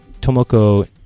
Tomoko